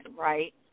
right